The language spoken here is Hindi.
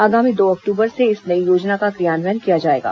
आगामी दो अक्टूबर से इस नई योजना का क्रियान्वयन किया जाएगा